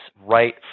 right